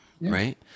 right